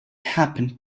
happened